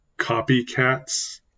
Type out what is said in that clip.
copycats